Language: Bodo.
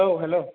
औ हेल'